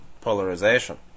polarization